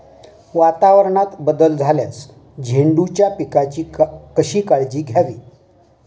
वातावरणात बदल झाल्यास झेंडूच्या पिकाची कशी काळजी घ्यावी?